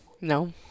No